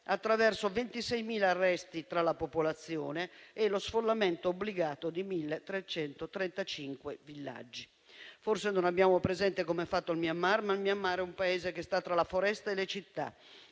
attraverso 26.000 arresti tra la popolazione e lo sfollamento obbligato di 1.335 villaggi. Forse non abbiamo presente come è fatto il Myanmar, ma si tratta di un Paese che sta tra la foresta e le città